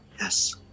Yes